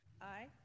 Aye